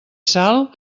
sal